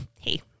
Hey